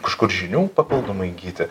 kažkur žinių papildomai įgyti